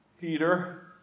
Peter